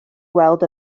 gweld